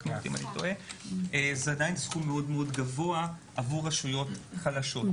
זה עדיין סכום מאוד גבוה עבור רשויות חלשות.